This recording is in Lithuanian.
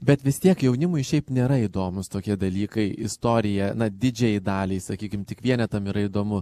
bet vis tiek jaunimui šiaip nėra įdomūs tokie dalykai istorija na didžiajai daliai sakykim tik vienetam yra įdomu